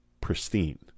pristine